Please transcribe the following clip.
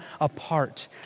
apart